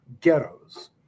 ghettos